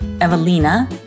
Evelina